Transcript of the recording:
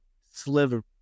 sliver